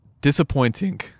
Disappointing